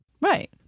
Right